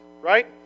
right